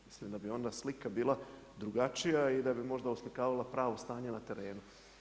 Mislim da bi onda slika bila drugačija i da bi možda oslikavala pravo stanje na terenu.